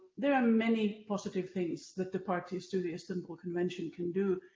there are many positive things that the parties to the istanbul convention can do,